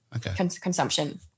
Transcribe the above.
consumption